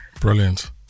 brilliant